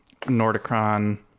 Nordicron